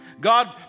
God